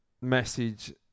message